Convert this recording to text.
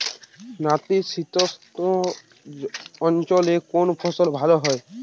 নাতিশীতোষ্ণ অঞ্চলে কোন ফসল ভালো হয়?